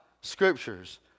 scriptures